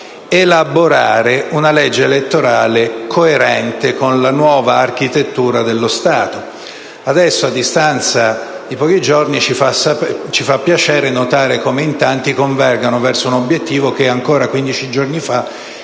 elaborare una legge elettorale coerente con la nuova architettura dello Stato stesso. Adesso, a distanza di pochi giorni, ci fa piacere notare come in tanti convergano verso un obiettivo che ancora 15 giorni fa